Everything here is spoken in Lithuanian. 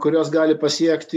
kurios gali pasiekti